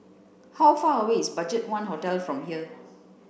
how far away is BudgetOne Hotel from here